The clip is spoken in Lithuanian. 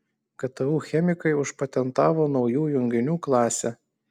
ktu chemikai užpatentavo naujų junginių klasę